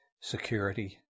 security